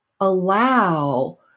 allow